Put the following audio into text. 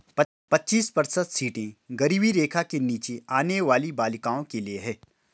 पच्चीस प्रतिशत सीटें गरीबी रेखा के नीचे आने वाली बालिकाओं के लिए है